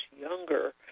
younger